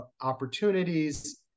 opportunities